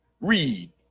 Read